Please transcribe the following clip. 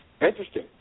Interesting